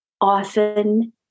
often